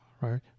right